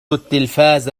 التلفاز